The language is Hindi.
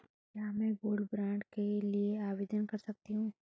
क्या मैं गोल्ड बॉन्ड के लिए आवेदन दे सकती हूँ?